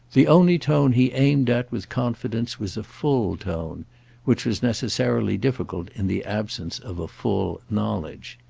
the only tone he aimed at with confidence was a full tone which was necessarily difficult in the absence of a full knowledge.